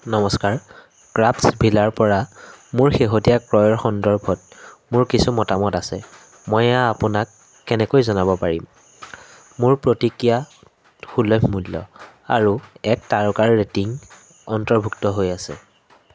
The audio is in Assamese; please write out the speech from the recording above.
নমস্কাৰ ক্ৰাফ্টছভিলাৰ পৰা মোৰ শেহতীয়া ক্ৰয়ৰ সন্দৰ্ভত মোৰ কিছু মতামত আছে মই এইয়া আপোনাক কেনেকৈ জনাব পাৰিম মোৰ প্ৰতিক্ৰিয়াত সুলভ মূল্য আৰু এক তাৰকাৰ ৰেটিং অন্তৰ্ভুক্ত হৈ আছে